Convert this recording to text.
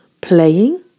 playing